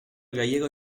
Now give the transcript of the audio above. gallego